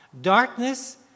darkness